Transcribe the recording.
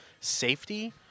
safety